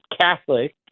catholic